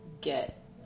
get